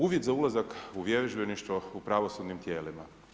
Uvid za ulazak u vježbeništvo u pravosudnim tijelima.